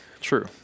True